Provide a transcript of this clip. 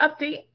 update